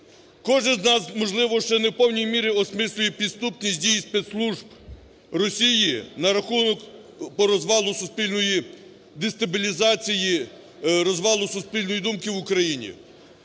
Кожен з нас, можливо, ще не в повній мірі осмислює поступки дії спецслужб Росії на рахунок по розвалу суспільної стабілізації, розвалу суспільної думки в Україні.